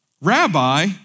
Rabbi